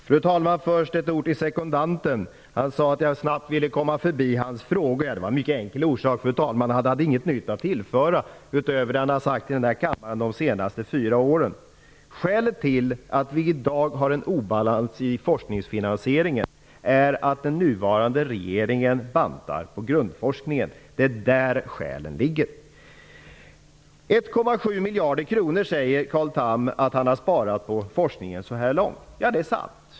Fru talman! Först några ord till sekundanten. Han sade att jag snabbt ville komma förbi hans frågor. Det var en mycket enkel orsak till det, fru talman. Han hade inget nytt att tillföra utöver det som han har sagt i denna kammare de senaste fyra åren. Skälet till att vi i dag har en obalans i forskningsfinansieringen är att den nuvarande regeringen bantar ned grundforskningen. Carl Tham säger att han har sparat 1,7 % på forskningen så här långt. Ja, det är sant.